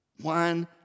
one